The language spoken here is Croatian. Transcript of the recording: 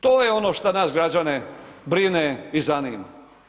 To je ono što nas građane brine i zanima.